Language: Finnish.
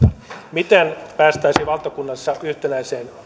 miten päästäisiin valtakunnassa yhtenäiseen